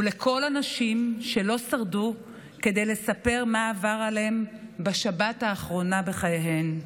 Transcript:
ולכל הנשים שלא שרדו כדי לספר מה עבר עליהן בשבת האחרונה בחייהן.